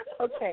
Okay